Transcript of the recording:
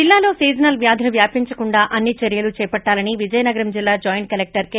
జిల్లాలో సీజనల్ వ్యాధులు వ్యాపించకుండా అన్ని చర్యలు చేపట్లాలని విజయనగరం జిల్లా జాయింట్ కలెక్టర్ కె